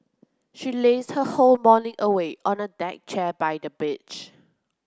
she lazed her whole morning away on a deck chair by the beach